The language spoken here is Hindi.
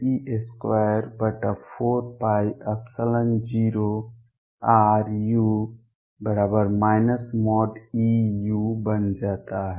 u बन जाता है